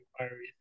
inquiries